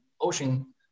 ocean